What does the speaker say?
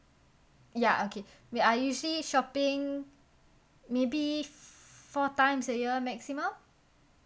ya okay I usually shopping maybe four times a year maximum